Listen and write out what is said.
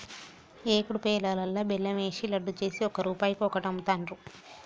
ఏకుడు పేలాలల్లా బెల్లం ఏషి లడ్డు చేసి ఒక్క రూపాయికి ఒక్కటి అమ్ముతాండ్రు